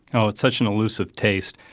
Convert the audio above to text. so it's such an elusive taste.